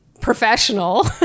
professional